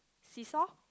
see saw